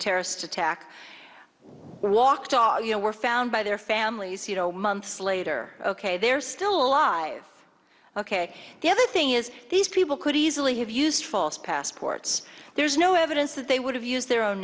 terrorist attack walked off you know were found by their families you know months later ok they're still alive ok the other thing is these people could easily have used false passports there's no evidence that they would have used their own